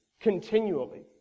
continually